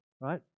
right